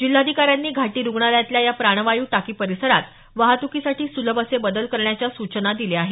जिल्हाधिकाऱ्यांनी घाटी रुग्णालयातल्या या प्राणवायू टाकी परिसरात वाहतुकीसाठी सुलभ असे बदल करण्याच्या सुचना दिल्या आहेत